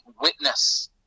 witness